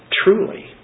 truly